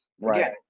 right